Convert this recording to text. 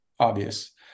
Obvious